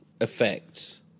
effects